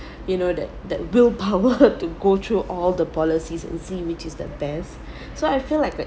you know that that willpower to go through all the policies and see which is the best so I feel like a